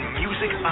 music